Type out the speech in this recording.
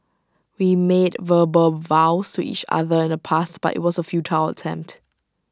we made verbal vows to each other in the past but IT was A futile attempt